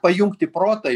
pajungti protai